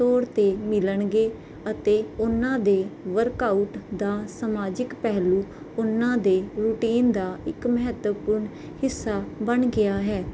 ਤੋਰ ਤੇ ਮਿਲਣਗੇ ਅਤੇ ਉਨਾਂ ਦੇ ਵਰਕਆਊਟ ਦਾ ਸਮਾਜਿਕ ਪਹਿਲੂ ਉਨਾਂ ਦੇ ਰੂਟੀਨ ਦਾ ਇੱਕ ਮਹੈਤਵਪੂਰਨ ਹਿੱਸਾ ਬਣ ਗਿਆ ਹੈ